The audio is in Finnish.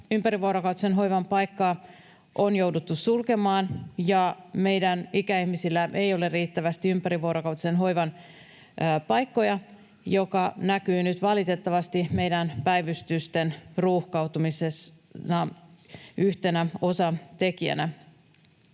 ympärivuorokautisen hoivan paikkaa on jouduttu sulkemaan ja meidän ikäihmisillä ei ole riittävästi ympärivuorokautisen hoivan paikkoja, mikä näkyy nyt valitettavasti meidän päivystysten ruuhkautumisessa yhtenä osatekijänä.